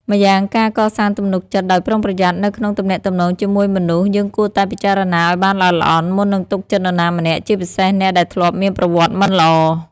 ម្យ៉ាងការកសាងទំនុកចិត្តដោយប្រុងប្រយ័ត្ននៅក្នុងទំនាក់ទំនងជាមួយមនុស្ស យើងគួរតែពិចារណាឱ្យបានល្អិតល្អន់ មុននឹងទុកចិត្តនរណាម្នាក់ ជាពិសេសអ្នកដែលធ្លាប់មានប្រវត្តិមិនល្អ ។